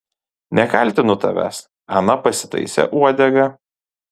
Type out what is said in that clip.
nekaltinu tavęs ana pasitaisė uodegą